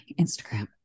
Instagram